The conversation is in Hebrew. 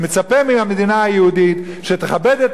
אני מצפה מן המדינה היהודית שתכבד את